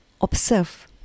observe